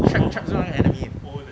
trap trap 些 own enemy